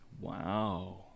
Wow